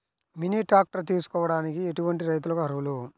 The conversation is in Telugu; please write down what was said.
మినీ ట్రాక్టర్ తీసుకోవడానికి ఎటువంటి రైతులకి అర్హులు?